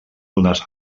unes